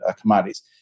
commodities